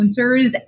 influencers